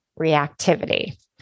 reactivity